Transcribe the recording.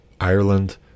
Ireland